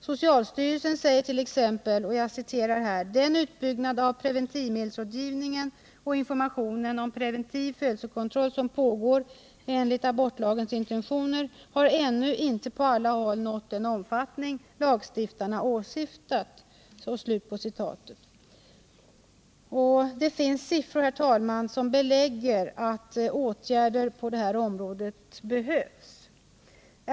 Socialstyrelsen säger t.ex.: ”Den utbyggnad av preventivmedelsrådgivningen och informationen om preventiv födelsekontroll som pågår enligt abortlagens intentioner har ännu inte på alla håll nått den omfattning lagstiftarna åsyftat.” Det finns siffror, herr talman, som belägger att åtgärder på detta område behövs.